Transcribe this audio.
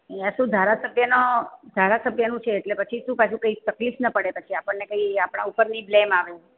અહીં શું ધારાસભ્યનો ધારાસભ્યનું છે એટલે પછી શું પાછું કાઈ તકલીફ ન પડે પછી આપણને કાંઈ આપણા ઉપરની બ્લેમ આવે